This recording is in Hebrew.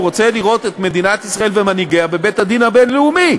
שהוא רוצה לראות את מדינת ישראל ומנהיגיה בבית-הדין הבין-לאומי.